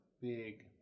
big